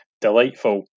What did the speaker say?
delightful